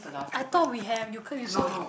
I thought we have you cause you saw